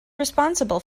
responsible